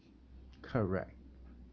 correct